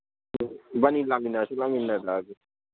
ꯏꯕꯥꯅꯤ ꯂꯥꯛꯃꯤꯟꯅꯔꯁꯨ ꯂꯥꯛꯃꯤꯟꯅꯔꯛꯑꯒꯦ